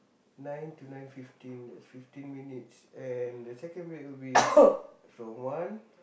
nine to nine fifteen that fifteen minutes and the second break will be from one